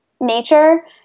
nature